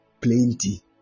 plenty